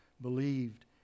believed